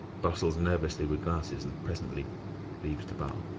bustles nervously with glasses, and presently leaves the bar.